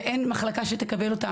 ואין מחלקה שתקבל אותה.